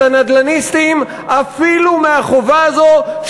את הנדל"ניסטים אפילו מהחובה הזאת,